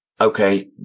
okay